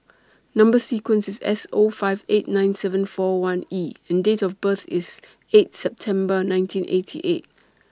Number sequence IS S O five eight nine seven four one E and Date of birth IS eight September nineteen eighty eight